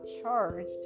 charged